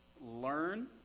learn